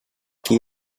qui